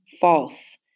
false